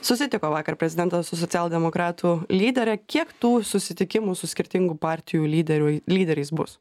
susitiko vakar prezidentas su socialdemokratų lydere kiek tų susitikimų su skirtingų partijų lyderių lyderiais bus